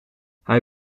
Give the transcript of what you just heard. hij